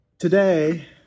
Today